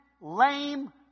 lame